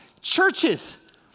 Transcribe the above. churches